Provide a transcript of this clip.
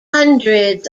hundreds